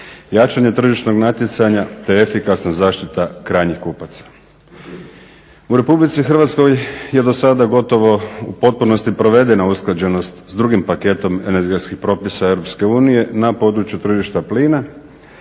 jačanje tržišnog natjecanja, te efikasna zaštita krajnjih kupaca. U RH je do sada gotovo u potpunosti provedena usklađenost sa drugim paketom energetskih propisa EU na području tržišta plina,